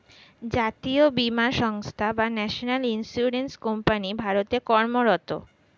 জাতীয় বীমা সংস্থা বা ন্যাশনাল ইন্স্যুরেন্স কোম্পানি ভারতে কর্মরত